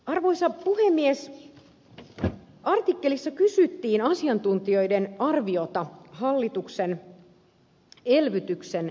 arvoisa puhemies artikkelissa kysyttiin asiantuntijoiden arviota hallituksen elvytyksen sisällöstä